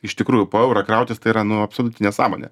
iš tikrųjų po eurą krautis tai yra nu absoliuti nesąmonė